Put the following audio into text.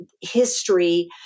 history